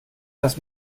das